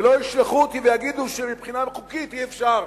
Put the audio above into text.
ולא ישלחו אותי ויגידו שמבחינה חוקית אי-אפשר,